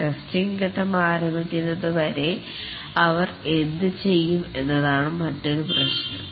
testing phase ആരംഭിക്കുന്നത് വരെ അവർ എന്ത് ചെയ്യും എന്നതാണ് മറ്റൊരു പ്രശ്നം